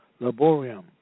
laborium